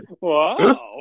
Wow